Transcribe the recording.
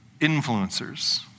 influencers